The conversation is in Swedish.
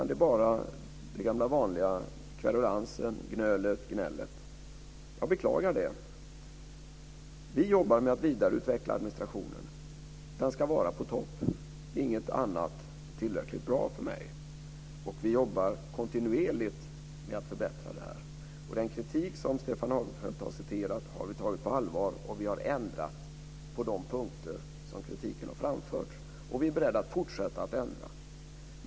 Det är bara det gamla vanliga; kverulansen, gnölet, gnället. Jag beklagar det. Vi jobbar med att vidareutveckla administrationen. Den ska vara på topp. Inget annat är tillräckligt bra för mig. Vi jobbar kontinuerligt med att förbättra det här. Den kritik som Stefan Hagfeldt har citerat har vi tagit på allvar. Vi har ändrat oss på de punkter där kritiken har framförts. Och vi är beredda att fortsätta ändra.